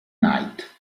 night